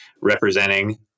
representing